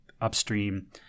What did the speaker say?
upstream